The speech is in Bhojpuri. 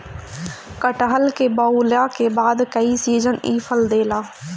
कटहल के बोअला के बाद कई सीजन इ फल देला